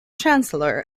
chancellor